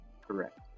correct